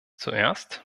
zuerst